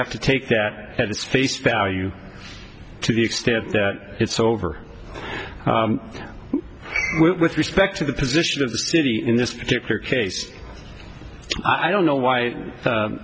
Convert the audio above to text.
have to take that at its face value to the extent that it's over with respect to the position of the city in this particular case i don't know why